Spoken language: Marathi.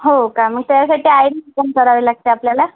हो का मग त्यायासाठी आय डी ओपन करावे लागते आपल्याला